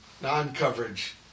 non-coverage